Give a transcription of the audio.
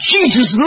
Jesus